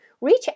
reach